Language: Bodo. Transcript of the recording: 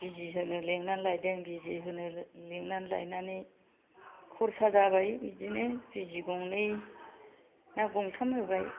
बिजि होनो लेंनानै लायदों बिजि होनो लेंनानै लाइनानै खरसा जाबाय बिदिनो बिजि गंनै ना गंथाम होबाय